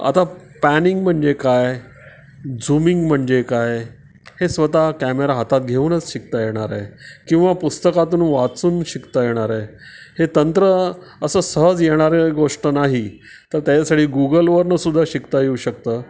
आता पॅनिंग म्हणजे काय झुमिंग म्हणजे काय हे स्वतः कॅमेरा हातात घेऊनच शिकता येणार आहे किंवा पुस्तकातून वाचून शिकता येणार आहे हे तंत्र असं सहज येणारं गोष्ट नाही तर त्याच्यासाठी गुगलवरून सुद्धा शिकता येऊ शकतं